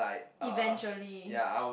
eventually